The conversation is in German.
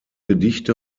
gedichte